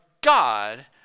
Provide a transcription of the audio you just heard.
God